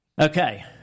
Okay